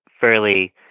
fairly